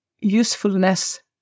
usefulness